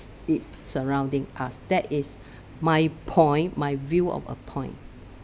is surrounding us that is my point my view of a point